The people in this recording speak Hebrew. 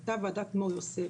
הייתה וועדת "מור יוסף",